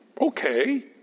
Okay